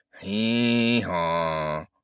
hee-haw